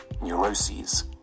neuroses